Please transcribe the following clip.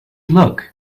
look